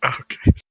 okay